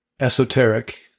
esoteric